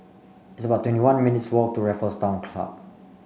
it's about twenty one minutes' walk to Raffles Town Club